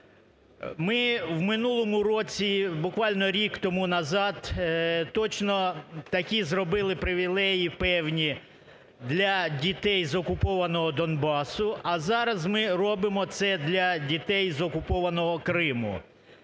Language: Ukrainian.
Ми в минулому році, буквально рік тому назад, точно такі зробили привілеї певні для дітей з окупованого Донбасу, а зараз ми робимо це для дітей з окупованого Криму.